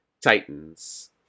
titans